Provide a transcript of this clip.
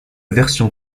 version